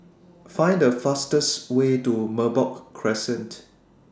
Find The fastest Way to Merbok Crescent